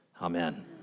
Amen